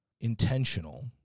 intentional